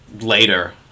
later